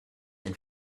and